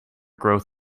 growth